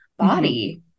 body